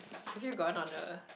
have you gotten on a